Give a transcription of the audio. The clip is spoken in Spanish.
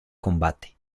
combate